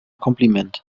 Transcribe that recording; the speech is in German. kompliment